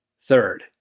Third